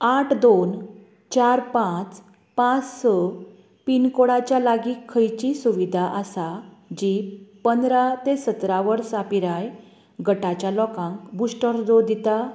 आठ दोन चार पांच पांच स पिनकोडाच्या लागीं खंयचीय सुविदा आसा जी पंदरा ते सतरा वर्सां पिराय गटाच्या लोकांक बुश्टर डोस दिता